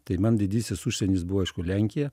tai man didysis užsienis buvo aišku lenkija